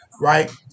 right